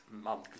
month